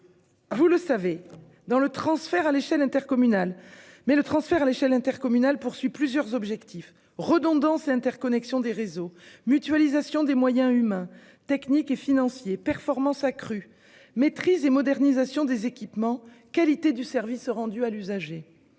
défi. Ce n'est pas à la loi de le dire ! Vous le savez, le transfert à l'échelle intercommunale vise plusieurs objectifs : redondance et interconnexion des réseaux, mutualisation des moyens humains, techniques et financiers, performance accrue, maîtrise et modernisation des équipements, qualité du service rendu à l'usager.